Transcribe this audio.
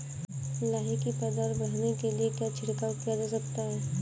लाही की पैदावार बढ़ाने के लिए क्या छिड़काव किया जा सकता है?